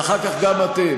ואחר כך גם אתם,